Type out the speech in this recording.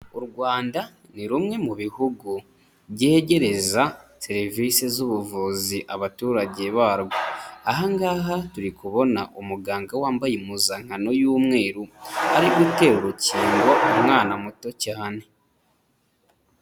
U Rwanda ni rumwe mu bihugu byegereza serivise z'ubuvuzi abaturage barwo, aha ngaha turikubona umuganga wambaye impuzankano y'umweru, ari gutera urukingo umwana muto cyane.